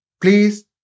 Please